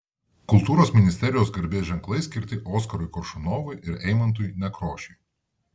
kultūros ministerijos garbės ženklai skirti oskarui koršunovui ir eimuntui nekrošiui